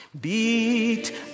Beat